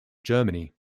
germany